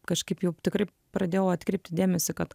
kažkaip jau tikrai pradėjau atkreipti dėmesį kad